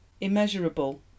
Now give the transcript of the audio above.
immeasurable